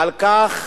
על כך